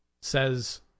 says